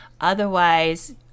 otherwise